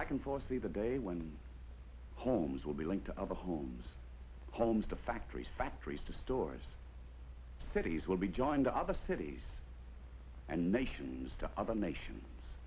i can foresee the day when homes will be linked to all the homes homes the factories factories to stores cities will be joined to other cities and nations to other nations